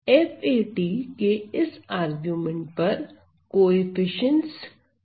fa के इस argument पर कोएफसीएन्ट्स 12a है